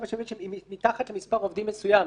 מתחת למספר עובדים מסוים,